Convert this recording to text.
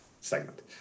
segment